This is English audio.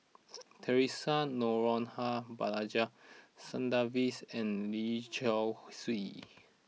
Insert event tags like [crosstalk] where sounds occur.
[noise] Theresa Noronha Balaji Sadasivans and Lee Seow Ser